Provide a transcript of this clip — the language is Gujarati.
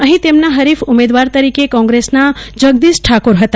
અહીં તેમના હરીફ ઉમેદવાર તરીકે કોંગ્રેસના જગદીશ ઠાકોર હતા